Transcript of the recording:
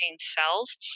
cells